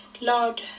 Lord